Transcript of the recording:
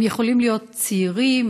הם יכולים להיות צעירים,